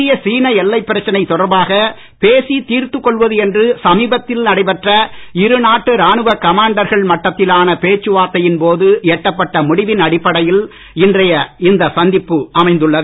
இந்திய சீன எல்லைப் பிரச்சனை தொடர்பாக பேசித் தீர்த்துக் கொள்வது என்று சமீபத்தில் நடைபெற்ற இருநாட்டு ராணுவ கமாண்டர்கள் மட்டத்திலான பேச்சு வார்த்தையின் போது எட்டப்பட்ட முடிவின் அடிப்படையில் இன்றைய இந்த சந்திப்பு அமைந்துள்ளது